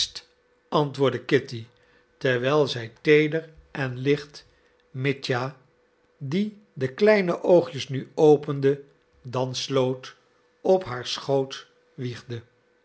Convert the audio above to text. antwoordde kitty terwijl zij teeder en licht mitja die de kleine oogjes nu opende dan sloot op haar schoot